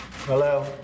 Hello